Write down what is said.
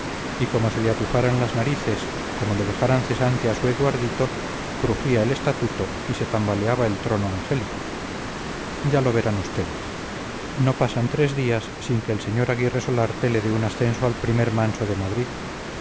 y como se le atufaran las narices como le dejaran cesante a su eduardito crujía el estatuto y se tambaleaba el trono angélico ya lo verán ustedes no pasan tres días sin que el sr aguirre solarte le dé un ascenso al primer manso de madrid